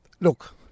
Look